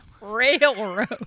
Railroad